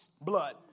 blood